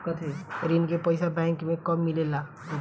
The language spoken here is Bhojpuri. ऋण के पइसा बैंक मे कब मिले ला?